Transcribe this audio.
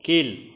கீழ்